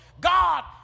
God